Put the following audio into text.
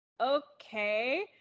Okay